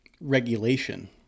regulation